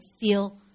feel